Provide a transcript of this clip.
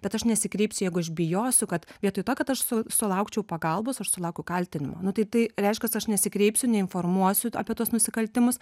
bet aš nesikreipsiu jeigu aš bijosiu kad vietoj to kad aš su sulaukčiau pagalbos aš sulaukiu kaltinimų nu tai tai reiškias aš nesikreipsiu neinformuosiu apie tuos nusikaltimus